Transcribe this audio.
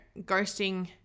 ghosting